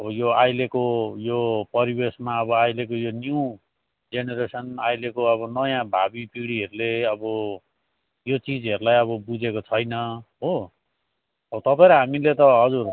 अब यो अहिलेको यो परिवेशमा अब अहिलेको यो न्यू जेनेरेसन अहिलेको अब नयाँ भावी पिँढीहरूले अब यो चिजहरूलाई अब बुझेको छैन हो अब तपाईँ र हामीले त हजुर